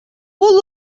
бул